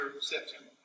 September